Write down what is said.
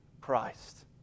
Christ